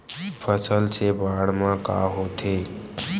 फसल से बाढ़े म का होथे?